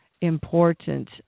important